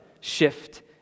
shift